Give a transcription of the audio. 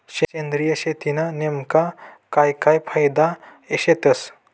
सेंद्रिय शेतीना नेमका काय काय फायदा शेतस?